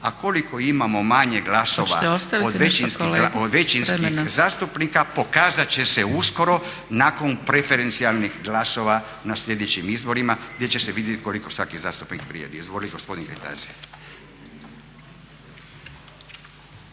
u isto vrijeme, ne razumije se./ … zastupnika pokazat će se uskoro nakon preferencijalnih glasova na sljedećim izborima gdje će se vidjeti koliko svaki zastupnik vrijedi. Izvoli gospodin Kajtazi.